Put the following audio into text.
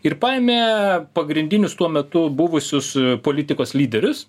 ir paėmė pagrindinius tuo metu buvusius politikos lyderius